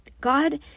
God